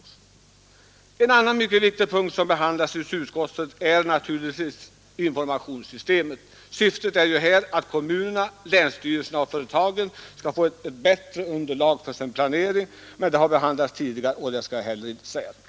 En annan mycket viktig punkt som behandlas i utskottsbetänkandet är naturligtvis informationssystemet. Syftet härmed är ju att kommunerna, länsstyrelserna och företagen skall få ett bättre underlag för sin planering. Detta spörsmål har behandlats tidigare och jag skall därför inte närmare gå in på det.